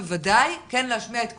בוודאי להשמיע את קולם,